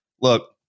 look